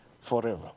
forever